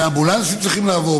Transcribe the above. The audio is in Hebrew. הרי אמבולנסים צריכים לעבור,